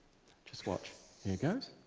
just watch. here it goes.